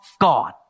God